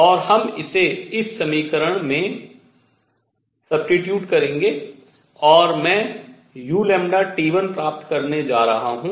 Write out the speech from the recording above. और हम इसे इस समीकरण में स्थानापन्न करेंगे और मैं u प्राप्त करने जा रहा हूँ